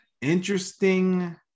interesting